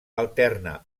alterna